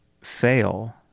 fail